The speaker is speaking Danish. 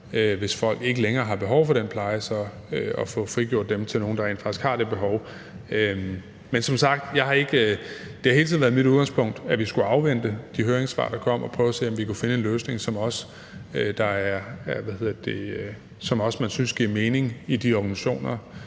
hvis folk ikke længere har behov for den pleje, at få frigjort de boliger til nogle, der rent faktisk har det behov. Men som sagt har det hele tiden været mit udgangspunkt, at vi skulle afvente de høringssvar, der kom, og prøve at se, om vi kunne finde en løsning, som man også synes giver mening i de organisationer,